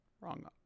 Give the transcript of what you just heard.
wrong